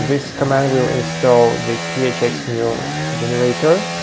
this command will install the phx new generator,